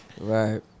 Right